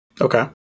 Okay